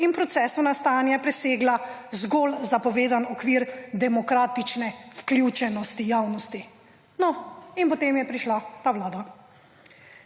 in procesu nastajanja presegla zgolj zapovedan okvir demokratične vključenosti javnosti. No, in potem je prišla ta Vlada.